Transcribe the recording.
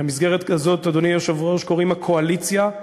למסגרת הזאת, אדוני היושב-ראש, קוראים הקואליציה,